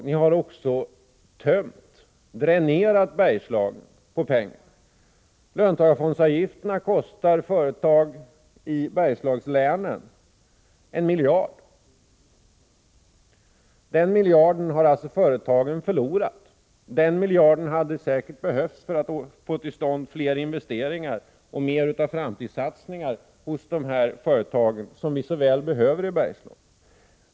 Ni har också dränerat Bergslagen på pengar. Löntagarfondsavgifterna kostar företagen i Bergslagslänen 1 miljard. Denna miljard har alltså företagen förlorat. Denna miljard hade säkert behövts för att få till stånd fler investeringar och framtidssatsningar i företagen, vilket vi i Bergslagen är i så stort behov av.